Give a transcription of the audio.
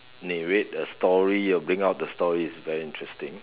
narrate a story or bring out the story is very interesting